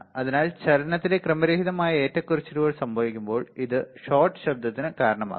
അതിനാൽ ചലനത്തിലെ ക്രമരഹിതമായ ഏറ്റക്കുറച്ചിലുകൾ സംഭവിക്കുമ്പോൾ ഇത് ഷോട്ട് ശബ്ദത്തിന് കാരണമാകും